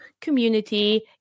community